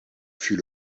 fut